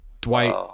Dwight